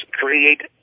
create